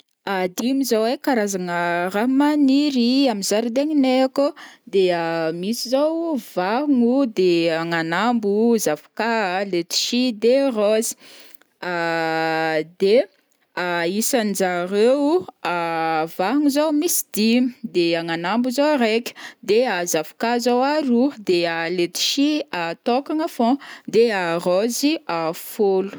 dimy zao ai karazagna raha maniry amin'ny zaridaigninay akao, de misy zao o vahogno, de agnan'ambo, zavoka, letchis, de rose, de isan-jareo vahogno zao o misy dimy, de agnan'ambo zao raiky, de zavoka zao aroa, de letchis tôkagna fogna, de raozy fôlo.